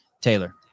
Taylor